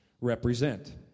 represent